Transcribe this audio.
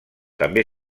també